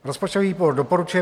Rozpočtový výbor doporučuje